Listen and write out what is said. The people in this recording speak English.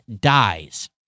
dies